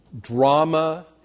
Drama